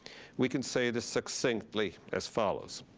we can say this succinctly as follows.